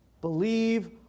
Believe